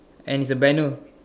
and it's a banner